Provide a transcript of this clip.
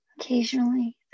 occasionally